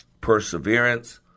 Perseverance